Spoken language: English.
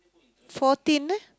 fourteen eh